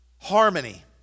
harmony